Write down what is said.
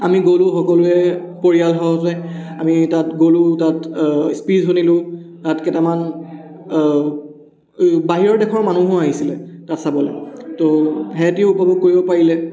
আমি গ'লো সকলোৱে পৰিয়াল সহ আমি তাত গ'লোঁ তাত স্পীচ শুনিলোঁ তাত কেইটামান বাহিৰৰ দেশৰ মানুহো আহিছিলে তাত চাবলৈ ত' সিহঁতিও উপভোগ কৰিব পাৰিলে